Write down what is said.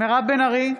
מירב בן ארי,